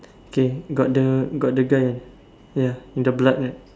okay got the got the guy ya and the blood right